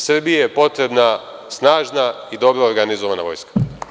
Srbija je potrebna snažna i dobro organizovana vojska.